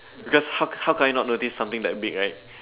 cause how how can I not notice something that big right